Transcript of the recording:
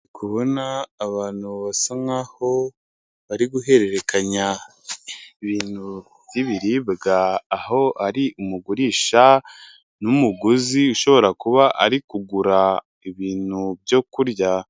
Kubona abantu basa nkaho bari guhererekanya ibintu by'ibiribwa aho ari umugurisha n'umuguzi ushobora kuba ari kugura ibintu byo kurya.